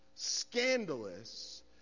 Scandalous